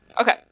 Okay